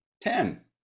Ten